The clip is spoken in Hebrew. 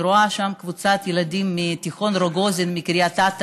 אני רואה שם קבוצת ילדים מתיכון רוגוזין מקריית אתא